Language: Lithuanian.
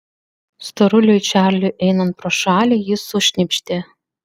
storuliui čarliui einant pro šalį jis sušnypštė